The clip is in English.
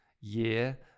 year